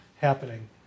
happening